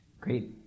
Great